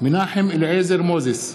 מנחם אליעזר מוזס,